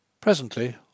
Presently